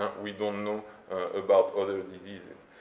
we don't know about other diseases.